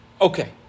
Okay